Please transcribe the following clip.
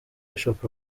bishop